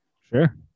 Sure